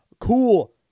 Cool